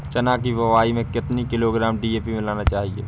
चना की बुवाई में कितनी किलोग्राम डी.ए.पी मिलाना चाहिए?